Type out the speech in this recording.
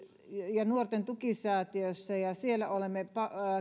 ja nuorten tukisäätiössä ja siellä olemme